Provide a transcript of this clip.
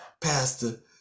pastor